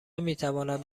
میتواند